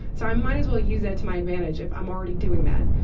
so i might as well use that to my advantage if i'm already doing that.